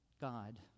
God